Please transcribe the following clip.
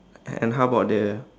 and and how about the